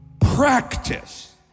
practice